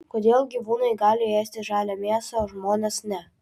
kodėl gyvūnai gali ėsti žalią mėsą o žmonės ne